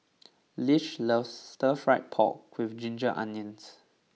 Lish loves Stir Fry Pork with Ginger Onions